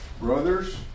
Brothers